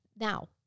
Now